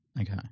Okay